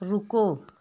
रुको